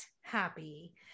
happy